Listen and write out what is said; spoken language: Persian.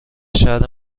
شهر